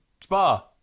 Spa